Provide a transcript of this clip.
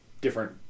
different